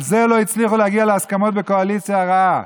על זה לא הצליחו להגיע להסכמות בקואליציה הרעה,